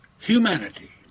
humanity